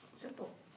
Simple